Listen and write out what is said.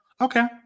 Okay